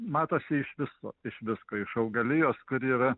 matosi iš viso iš visko iš augalijos kuri yra